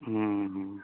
हॅं